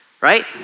right